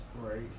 Right